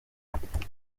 nakora